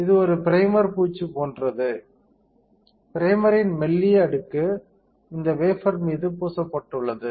இது ஒரு ப்ரைமர் பூச்சு போன்றது ப்ரைமரின் மெல்லிய அடுக்கு இந்த வேஃபர் மீது பூசப்பட்டுள்ளது